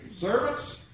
Servants